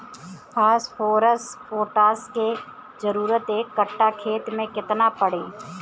Phosphorus potash के जरूरत एक कट्ठा खेत मे केतना पड़ी?